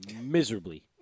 Miserably